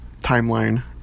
timeline